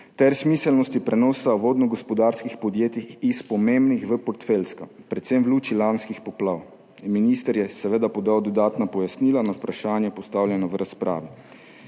ter smiselnosti prenosa vodnogospodarskih podjetij iz pomembnih v portfeljska, predvsem v luči lanskih poplav. Minister je seveda podal dodatna pojasnila na vprašanja, postavljena v razpravi.